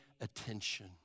attention